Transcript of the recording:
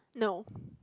no